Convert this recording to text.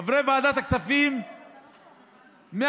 לחברי ועדת הכספים מהקואליציה,